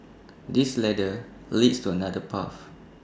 this ladder leads to another path